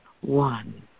one